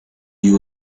you